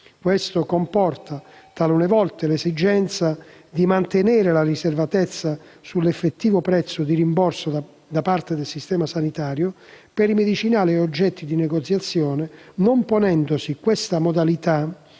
Ciò comporta, talune volte, l'esigenza di mantenere la riservatezza sull'effettivo prezzo di rimborso da parte del Servizio sanitario nazionale per i medicinali oggetto di negoziazione, non ponendosi tale modalità